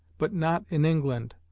but not in england,